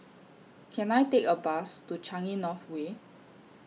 Can I Take A Bus to Changi North Way